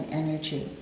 energy